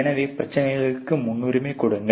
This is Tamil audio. எனவே பிரச்சனைகளுக்கு முன்னுரிமை கொடுங்கள்